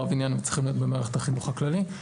ועניין וצריכים להיות במערכת החינוך הכללית.